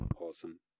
Awesome